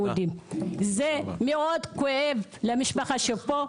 זה מאוד כואב למשפחה שפה.